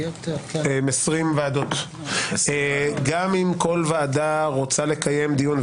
גם אם כל ועדה רוצה לקיים דיון,